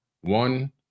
one